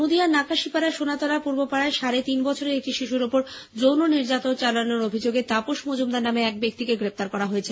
নদীয়ার নাকাশিপাড়ার সোনাতলা পূর্বপাড়ায় সাড়ে তিনবছরের একটি শিশুর ওপর যৌন নির্যাতন চালানোর অভিযোগে তাপস মজুমদার নামে এক ব্যক্তিকে গ্রেপ্তার করা হয়েছে